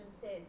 says